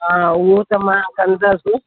हा उहो त मां कंदसि